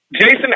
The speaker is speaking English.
Jason